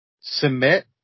submit